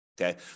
Okay